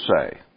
say